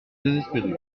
désespérée